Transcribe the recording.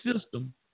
system